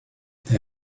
the